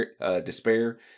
despair